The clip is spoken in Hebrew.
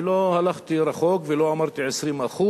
אני לא הלכתי רחוק ולא אמרתי 20%,